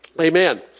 Amen